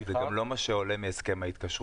זה גם לא מה שעולה מהסכם ההתקשרות.